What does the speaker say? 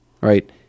right